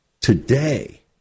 Today